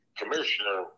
commissioner